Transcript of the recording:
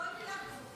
לא, אין מילה כזאת.